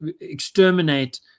exterminate